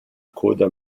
coda